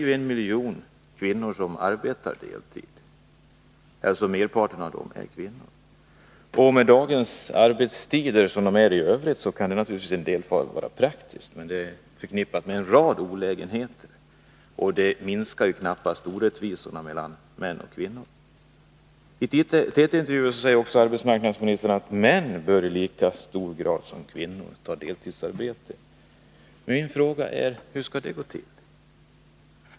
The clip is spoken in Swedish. En miljon kvinnor arbetar deltid — merparten av dem som deltidsarbetar är alltså kvinnor. Som dagens arbetstider är kan det naturligtvis vara praktiskt att arbeta på deltid, men det är förknippat med en rad olägenheter och minskar knappast orättvisorna mellan män och kvinnor. I en TT-intervju säger arbetsmarknadsministern att män i lika hög grad som kvinnor bör ta deltidsarbete. Min fråga är: Hur skall det gå till?